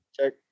Check